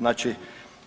Znači